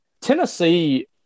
Tennessee